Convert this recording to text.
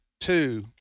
two